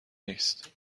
نیست